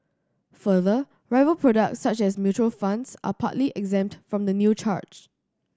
further rival products such as mutual funds are partly exempt from the new charge